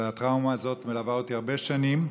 והטראומה הזאת מלווה אותי הרבה שנים.